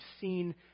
seen